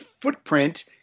footprint